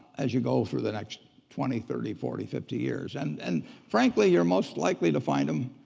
as you go through the next twenty, thirty, forty, fifty years. and and frankly you're most likely to find them